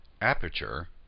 aperture